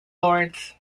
lords